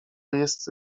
jest